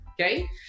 okay